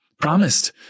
promised